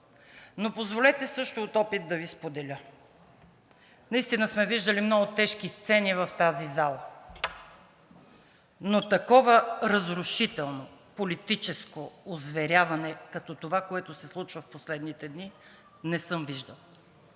Но позволете също от опит да Ви споделя. Наистина сме виждали много тежки сцени в тази зала, но такова разрушително, политическо озверяване като това, което се случва в последните дни, не съм виждала.